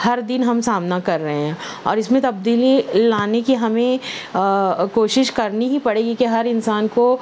ہر دن ہم سامنا کر رہے ہیں اور اس میں تبدیلی لانے کی ہمیں کوشش کرنی ہی پڑے گی کہ ہر انسان کو